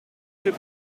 fait